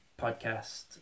podcast